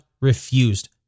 refused